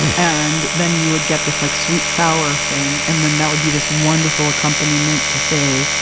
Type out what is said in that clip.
and then you would get this like sweet sour thing. and then, that would be this wonderful accompaniment to, say,